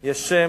יש שם.